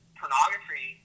pornography